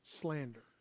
slander